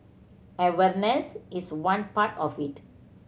awareness is one part of it